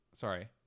sorry